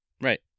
right